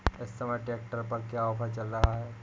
इस समय ट्रैक्टर पर क्या ऑफर चल रहा है?